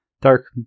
dark